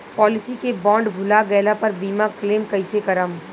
Policy के bond भुला गैला पर बीमा क्लेम कईसे करम?